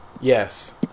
yes